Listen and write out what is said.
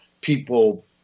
people